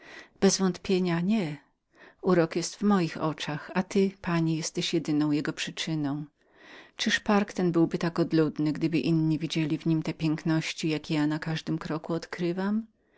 bez wątpienia urok jest w moich oczach a ty pani jesteś jedyną jego przyczyną czyliż miejsca te byłyby tak opuszczonemi gdyby drudzy widzieli w nich te piękności jakie ja za każdym krokiem odkrywam